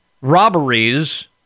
robberies